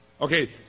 Okay